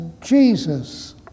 Jesus